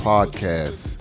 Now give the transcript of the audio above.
Podcast